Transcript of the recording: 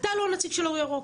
אתה לא נציג של אור ירוק.